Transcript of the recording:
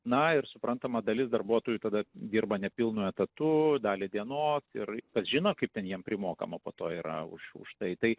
na ir suprantama dalis darbuotojų tada dirba nepilnu etatu dalį dienos ir kas žino kaip ten jiem primokama po to yra už už tai tai